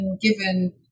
given